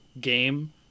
game